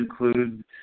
include